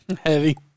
heavy